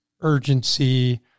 urgency